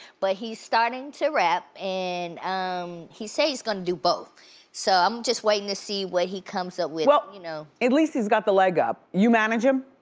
but he's starting to rap, and um he says he's gonna do both so, i'm just waitin' to see what he comes up with. well, you know at least he's got the leg up. you manage him?